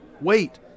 wait